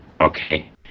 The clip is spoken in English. okay